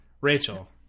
Rachel